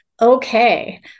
Okay